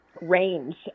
range